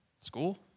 School